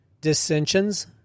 dissensions